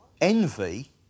envy